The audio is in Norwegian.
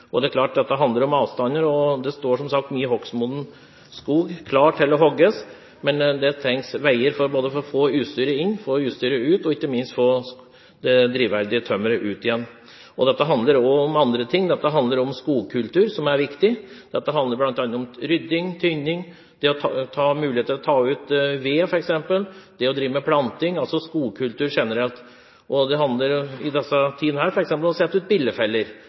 Det er klart dette handler om avstander. Det står som sagt mye hogstmoden skog klar til å hogges, men det trengs veier både for å få utstyret inn, få utstyret ut og ikke minst for å få det drivverdige tømmeret ut igjen. Dette handler også om andre ting: Dette handler om skogkultur, som er viktig, dette handler bl.a. om rydding, tynning, muligheten til å ta ut ved, det å drive med planting – altså skogkultur generelt. I disse tider handler det f.eks. om å sette ut billefeller.